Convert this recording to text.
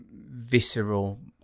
visceral